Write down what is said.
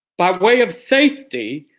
by way of safety,